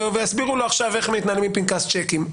ויסבירו לו איך מתנהלים עם פנקס צ'קים.